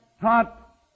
taught